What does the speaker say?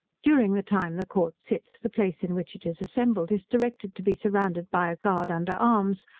during the time the court sits, the place in which it is assembled is directed to be surrounded by a guard under arms,